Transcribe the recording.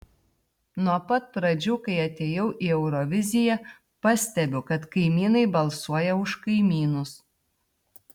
nuo pat pradžių kai atėjau į euroviziją pastebiu kad kaimynai balsuoja už kaimynus